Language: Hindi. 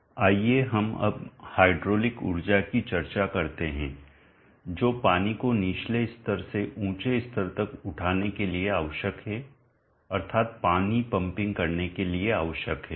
आइए हम अब हाइड्रोलिक ऊर्जा की चर्चा करते हैं जो पानी को निचले स्तर से ऊँचे स्तर तक उठाने के लिए आवश्यक है अर्थात पानी पंपिंग करने के लिए आवश्यक है